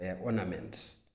ornaments